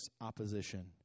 opposition